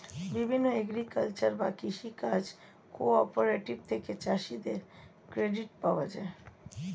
বিভিন্ন এগ্রিকালচারাল বা কৃষি কাজ কোঅপারেটিভ থেকে চাষীদের ক্রেডিট পাওয়া যায়